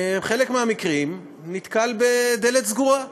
בחלק מהמקרים הוא נתקל בדלת סגורה,